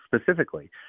specifically